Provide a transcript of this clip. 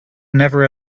never